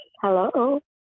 Hello